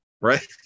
right